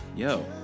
yo